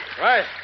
right